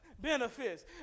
Benefits